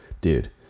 dude